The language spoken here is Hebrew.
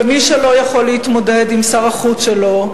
ומי שלא יכול להתמודד עם שר החוץ שלו,